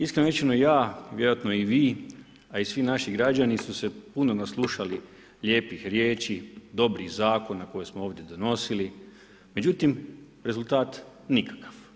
Iskreno rečeno, ja vjerojatno i vi, a i svi naši građani su se puno naslušali lijepih riječi, dobrih zakona koje smo ovdje donosili, međutim, rezultat nikakav.